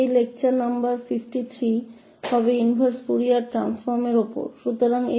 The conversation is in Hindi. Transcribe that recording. तो इनवर्स फूरियर रूपांतरण पर यह व्याख्यान संख्या 53